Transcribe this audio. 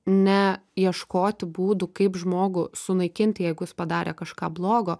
ne ieškoti būdų kaip žmogų sunaikint jeigu jis padarė kažką blogo